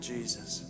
Jesus